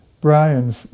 Brian